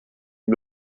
den